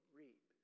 reap